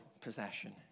possession